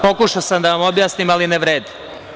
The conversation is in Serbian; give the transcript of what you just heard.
Pokušao sam da vam objasnim, ali ne vredi.